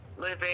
living